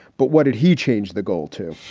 but what did he change the goal to?